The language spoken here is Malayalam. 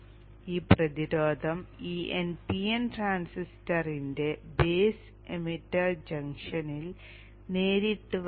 ഇപ്പോൾ ഈ പ്രതിരോധം ഈ npn ട്രാൻസിസ്റ്ററിന്റെ ബേസ് എമിറ്റർ ജംഗ്ഷനിൽ നേരിട്ട് വരുന്നു